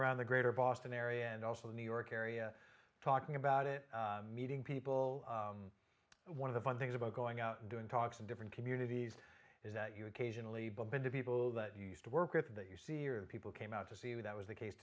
around the greater boston area and also the new york area talking about it meeting people one of the fun things about going out doing talks of different communities is that you occasionally bump into people that you used to work with that you see people came out to see that was the case